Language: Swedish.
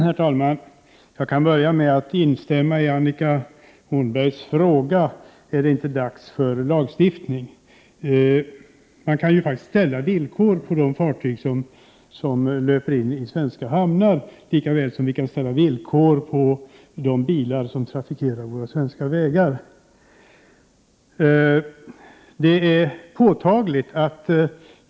Herr talman! Till att börja med instämmer jag i Annika Åhnbergs fråga: Är det inte dags för lagstiftning? Man kan faktiskt underkasta de fartyg som anlöper svenska hamnar vissa villkor, liksom vi ställer krav på de bilar som trafikerar svenska vägar.